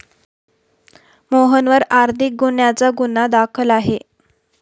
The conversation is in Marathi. मोहनवर आर्थिक गुन्ह्याचा गुन्हा दाखल आहे